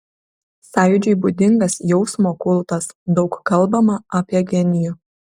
sąjūdžiui būdingas jausmo kultas daug kalbama apie genijų